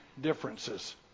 differences